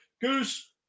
Goose